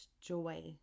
joy